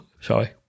sorry